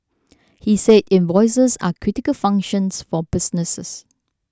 he said invoices are critical functions for businesses